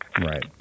Right